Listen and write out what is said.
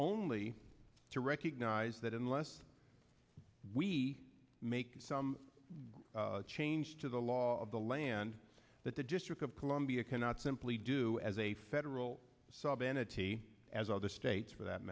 only to recognize that unless we make some change to the law of the land that the district of columbia cannot simply do as a federal sub an a t as other states for that